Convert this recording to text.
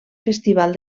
festival